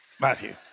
Matthew